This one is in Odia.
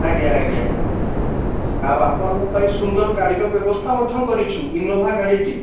ଆଜ୍ଞା ଆଜ୍ଞା ଆଉ ଆପଣଙ୍କ ପାଇଁ ସୁନ୍ଦର ଗାଡ଼ିର ବ୍ୟବସ୍ଥା ମଧ୍ୟ କରିଛୁ ଇନୋଭା ଗାଡ଼ିଟି